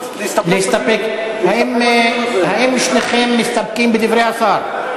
האם שניכם מסתפקים בדברי השר?